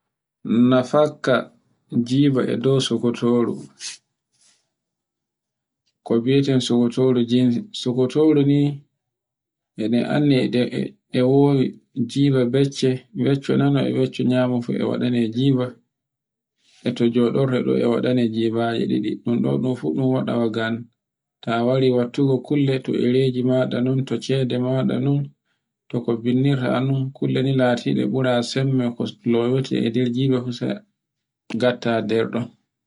No fakka jiba e dow sokotoru, ko mbi'eten sokotoru ji, sokotoru ni e nde anndi ede e wowi jiba bacce, bacco nana e becco namo fu e waɗe ne jiba, e to joɗorto fu e waɗene jibaje ɗiɗi. Ɗun ɗo ɗun fu ɗun waɗa wagan ta wari wattugo kulle ta ireji maɗa non to cede maɗa non toko binɗirta non, to kulle ni latiɗe bura sembe kolowete e nder jiba fu sai gatta nder ɗum.